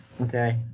Okay